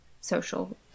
social